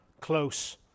close